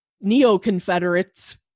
neo-Confederates